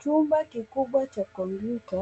Chumba kikubwa cha kompyuta.